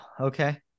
okay